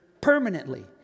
permanently